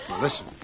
Listen